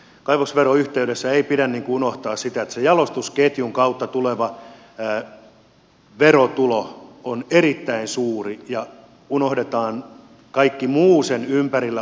kaivosveron yhteydessä ei pidä unohtaa sitä että se jalostusketjun kautta tuleva verotulo on erittäin suuri unohdetaan kaikki muu sen ympärillä oleva haihattelu